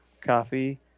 Coffee